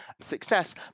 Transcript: success